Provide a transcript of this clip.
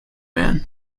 man